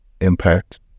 impact